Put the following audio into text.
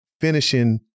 finishing